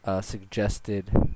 suggested